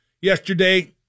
yesterday